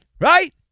Right